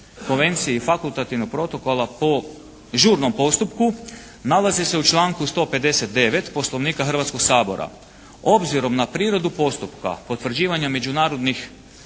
konvencije i fakultativnog protokola po žurnom postupku nalazi se u članku 159. Poslovnika Hrvatskoga sabora. Obzirom na prirodu postupka potvrđivanja međunarodnih